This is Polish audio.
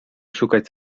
szukać